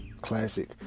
classic